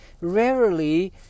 rarely